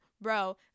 bro